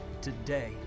Today